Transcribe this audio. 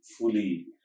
fully